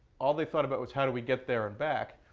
all they thought about was how do we get there and back?